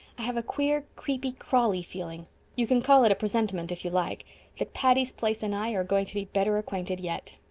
i have a queer, creepy, crawly feeling you can call it a presentiment, if you like that patty's place and i are going to be better acquainted yet.